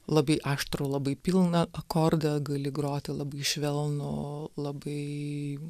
labai aštrų labai pilną akordą gali groti labai švelnų labai